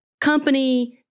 company